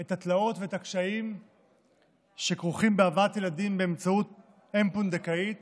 את התלאות ואת הקשיים שכרוכים בהבאת ילדים באמצעות אם פונדקאית